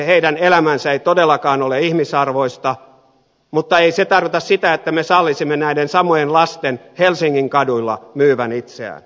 heidän elämänsä ei todellakaan ole ihmisarvoista mutta ei se tarkoita sitä että me sallisimme näiden samojen lasten helsingin kaduilla myyvän itseään